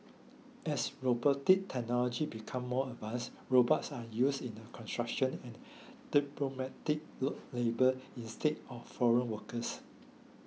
as robotic technology becomes more advanced robots are used in construction and load labour instead of foreign workers